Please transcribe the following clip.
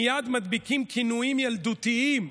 מייד מדביקים כינויים ילדותיים,